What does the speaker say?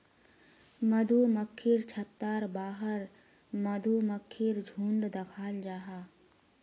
मधुमक्खिर छत्तार बाहर मधुमक्खीर झुण्ड दखाल जाहा